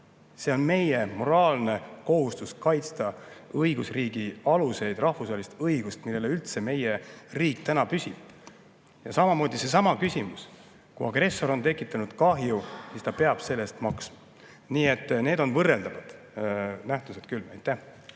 See on meie moraalne kohustus kaitsta õigusriigi aluseid, rahvusvahelist õigust, millel üldse meie riik püsib. Samamoodi seesama [põhimõte]: kui agressor on tekitanud kahju, siis ta peab selle eest maksma. Nii et need on võrreldavad asjad küll. Kert